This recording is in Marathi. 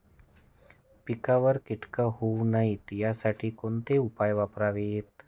पिकावर किटके होऊ नयेत यासाठी कोणते उपाय करावेत?